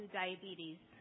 diabetes